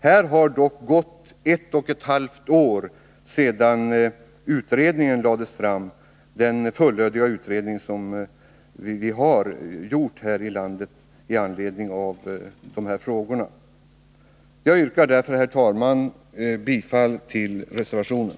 Det har dock gått ett och ett halvt år sedan den fullödiga utredningen lades fram. Jag yrkar därför, herr talman, bifall till reservationen.